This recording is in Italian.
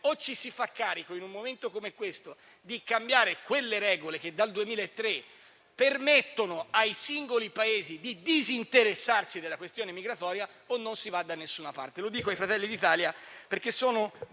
o ci si fa carico in un momento come questo di cambiare quelle regole che dal 2003 permettono ai singoli Paesi di disinteressarsi della questione migratoria o non si va da nessuna parte. Mi rivolgo a Fratelli d'Italia perché sono